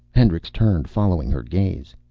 hendricks turned, following her gaze.